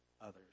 others